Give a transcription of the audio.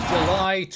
July